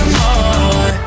more